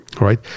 right